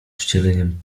wcieleniem